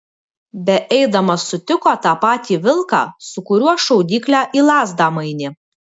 beeidamas sutiko tą patį vilką su kuriuo šaudyklę į lazdą mainė